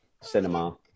cinema